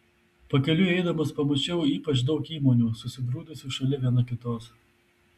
pakeliui eidamas pamačiau ypač daug įmonių susigrūdusių šalia viena kitos